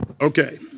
Okay